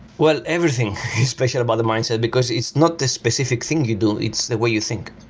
well, everything is special about the mindset, because it's not the specific thing you do. it's the way you think.